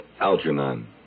Algernon